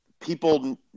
people